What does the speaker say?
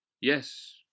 Yes